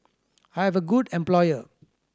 I have a good employer